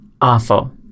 awful